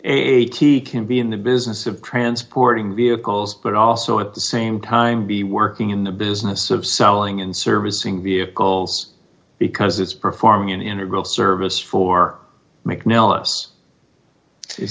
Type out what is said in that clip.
eighty can be in the business of transporting vehicles but also at the same time be working in the business of selling and servicing vehicles because it's performing an integral service for mcne